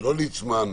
לא ליצמן,